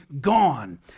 gone